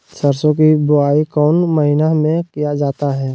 सरसो की बोआई कौन महीने में किया जाता है?